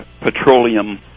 petroleum